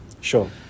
Sure